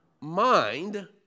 mind